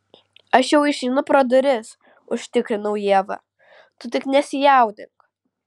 aš jau išeinu pro duris užtikrinau ievą tu tik nesijaudink